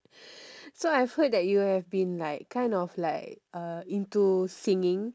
so I've heard that you have been like kind of like uh into singing